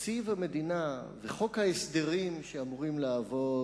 תקציב המדינה וחוק ההסדרים שאמורים לעבור